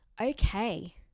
Okay